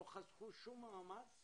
לא חסכו שום מאמץ